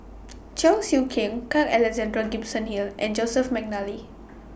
Cheong Siew Keong Carl Alexander Gibson Hill and Joseph Mcnally